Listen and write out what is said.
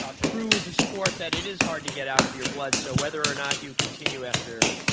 ah crew is a sport that is hard to get out of your blood, so whether or not you continue after